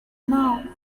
know